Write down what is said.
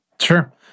Sure